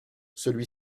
celui